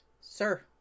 sir